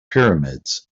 pyramids